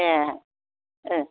ए ओ